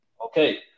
Okay